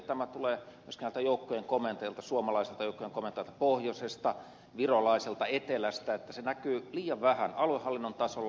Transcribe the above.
tämä tulee myöskin näiltä joukkojen komentajilta suomalaiselta joukkojen komentajalta pohjoisesta virolaiselta etelästä että se näkyy liian vähän aluehallinnon tasolla